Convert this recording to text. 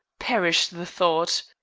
perish the thought!